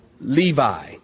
Levi